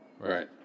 Right